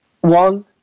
One